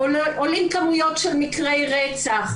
עולים כמויות של מקרי רצח,